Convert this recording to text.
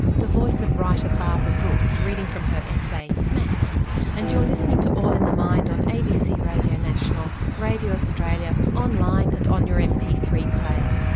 the voice of writer barbara brooks reading from her essay maps and you're listening to all in the mind on abc radio national, radio australia, online and on your m p three player.